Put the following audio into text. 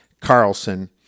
Carlson